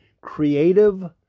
creative